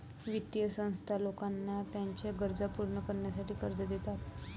वित्तीय संस्था लोकांना त्यांच्या गरजा पूर्ण करण्यासाठी कर्ज देतात